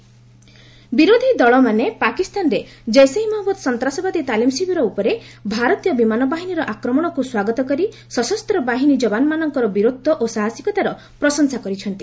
opposition meeting ବିରୋଧୀ ଦଳମାନେ ପାକିସ୍ତାନରେ ଜେିସେ ମହମ୍ମଦ ସନ୍ତାସବାଦୀ ତାଲିମ୍ ଶିବିର ଉପରେ ଭାରତୀୟ ବିମାନ ବାହିନୀର ଆକ୍ରମଣକ୍ତ ସ୍ୱାଗତ କରି ସଶସ୍ତ ବାହିନୀ ଯବାନମାନଙ୍କର ବୀରତ୍ୱ ଓ ସାହସିକତାର ପ୍ରଶଂସା କରିଛନ୍ତି